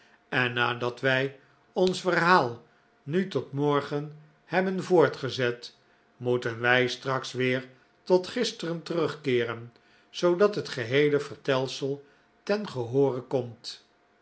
en nadat wij ons verhaal nu tot inorgen hebben voortgezet moeten wij straks weer tot gisteren terugkeeren zoodat het geheele vertelsel ten gehoore komt